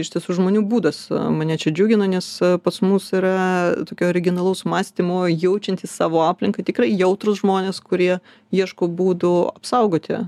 iš tiesų žmonių būdas mane čia džiugina nes pas mus yra tokio originalaus mąstymo jaučiantys savo aplinką tikrai jautrūs žmonės kurie ieško būdų apsaugoti